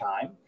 time